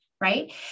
right